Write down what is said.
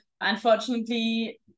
unfortunately